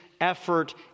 effort